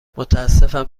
متأسفم